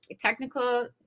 technical